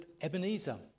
Ebenezer